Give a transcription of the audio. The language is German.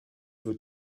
wird